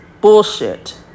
bullshit